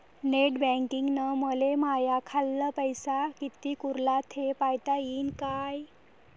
Net बँकिंगनं मले माह्या खाल्ल पैसा कितीक उरला थे पायता यीन काय?